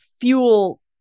fuel